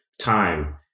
time